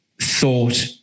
thought